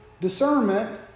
discernment